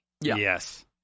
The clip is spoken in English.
Yes